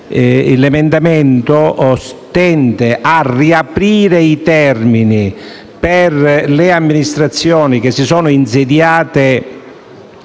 l'emendamento 1.105 tende a riaprire i termini per le amministrazioni che si sono insediate